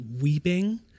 weeping